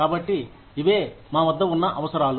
కాబట్టి ఇవే మావద్ద ఉన్న అవసరాలు